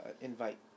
invite